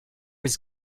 was